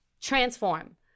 Transform